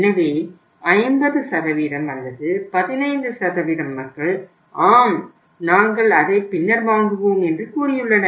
எனவே 50 அல்லது 15 மக்கள் ஆம் நாங்கள் அதை பின்னர் வாங்குவோம் என்று கூறியுள்ளனர்